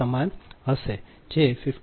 33 p